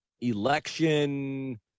election